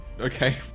Okay